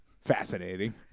fascinating